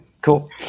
Cool